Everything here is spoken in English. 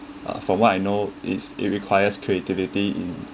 uh for what I know is it requires creativity in